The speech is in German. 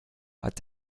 hat